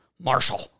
Marshall